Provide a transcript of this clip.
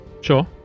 Sure